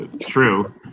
True